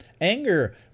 Anger